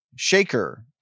Shaker